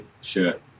shirt